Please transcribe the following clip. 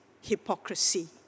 hypocrisy